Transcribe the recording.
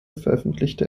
veröffentlichte